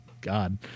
God